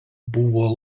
buvo